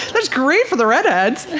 that's great for the redheads,